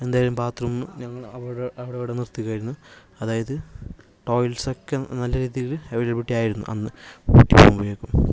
എന്തായാലും ബാത്റൂം ഞങ്ങൾ അവിടവിടെ അവിടവിടെ നിർത്തിക്കുവാരുന്നു അതായത് ടോയ്ലറ്റ്സൊക്കെ നല്ല രീതിയില് അവൈലബിലിറ്റി ആയിരുന്നു അന്ന് ഊട്ടിയിൽ പോയപ്പോൾ